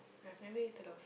I have never eaten lobster